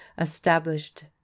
established